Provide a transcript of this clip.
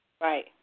Right